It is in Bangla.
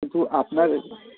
কিন্তু আপনার